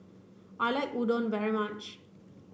I like Udon very much